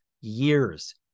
years